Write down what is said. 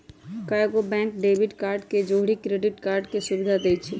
कएगो bank debit card के जौरही क्रेडिट कार्ड के सुभिधा सेहो देइ छै